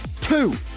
Two